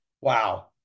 wow